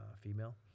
female